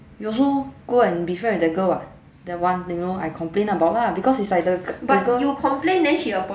you also go and be friend with that girl [what] that one then you know I complain about lah because it's like the girl the girl